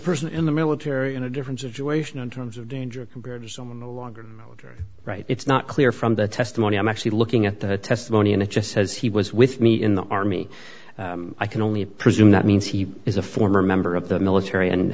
person in the military in a different situation in terms of danger compared to the longer you're right it's not clear from the testimony i'm actually looking at the testimony and it just says he was with me in the army i can only presume that means he is a former member of the military and